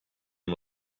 him